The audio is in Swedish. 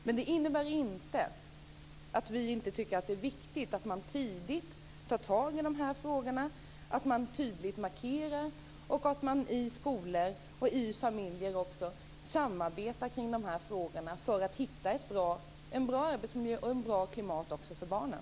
Men det innebär inte att vi inte tycker att det är viktigt att man tidigt tar tag i de här frågorna, att man tydligt markerar och att man i skolor och familjer samarbetar kring de här frågorna för att nå fram till en god arbetsmiljö och ett gott klimat också för barnen.